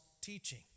teaching